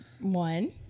One